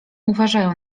uważają